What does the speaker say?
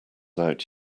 out